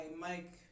Mike